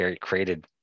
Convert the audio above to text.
created